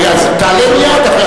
אז תעלה מייד.